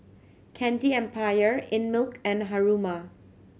Candy Empire Einmilk and Haruma